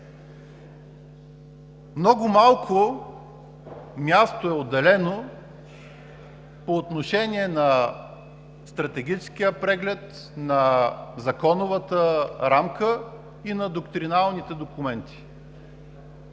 Много малко място е отделено по отношение на стратегическия преглед, на законовата рамка и на доктриналните документи.